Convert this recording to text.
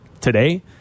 today